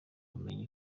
ubumenyi